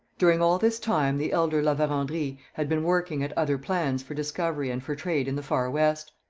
during all this time the elder la verendrye had been working at other plans for discovery and for trade in the far west.